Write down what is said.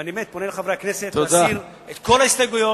ואני באמת פונה לחברי הכנסת להסיר את כל ההסתייגויות